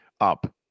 up